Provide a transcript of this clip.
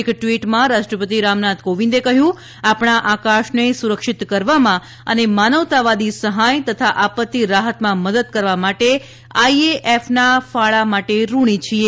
એક ટવીટમાં રાષ્ટ્રપતિ રામ નાથ કોવિંદે કહ્યું કે આપણા આકાશને સુરક્ષિત કરવામાં અને માનવતાવાદી સહાય તથા આપત્તિ રાહતમાં મદદ કરવા માટે આઈએએફના ફાળા માટે ઋણી છીએ